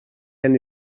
han